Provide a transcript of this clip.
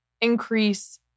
increase